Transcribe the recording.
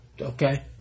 Okay